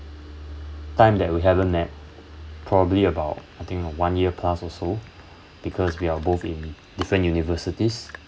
time that we haven't met probably about I think one year plus or so because we are both in different universities